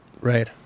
Right